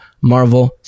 marvel